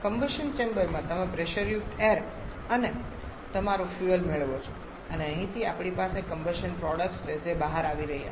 combustion ચેમ્બરમાં તમે પ્રેશરયુક્ત એઈર અને તમારું ફ્યુઅલ મેળવો છો અને અહીંથી આપણી પાસે કમ્બશન પ્રોડક્ટ્સ છે જે બહાર આવી રહ્યા છે